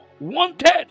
Wanted